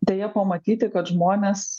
deja pamatyti kad žmonės